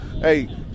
hey